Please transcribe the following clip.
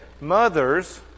Mothers